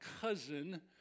cousin